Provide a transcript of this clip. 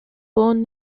born